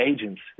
agents